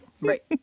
Right